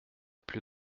plus